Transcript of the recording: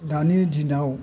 दानि दिनाव